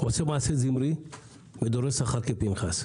עושה מעשה זמרי ודורש שכר כפנחס.